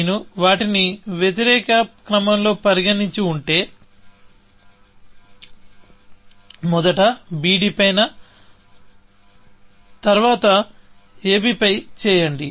నేను వాటిని వ్యతిరేక క్రమంలో పరిగణించి ఉంటే మొదట bd పైన తరువాత ab పై చేయండి